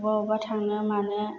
अबा अबा थांनो मानो